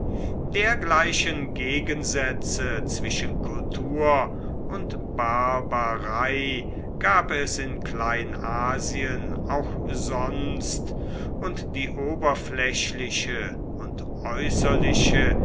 dergleichen gegensätze zwischen kultur und barbarei gab es in kleinasien auch sonst und die oberflächliche und äußerliche